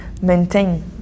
maintain